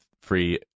free